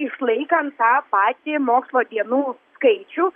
išlaikant tą patį mokslo dienų skaičių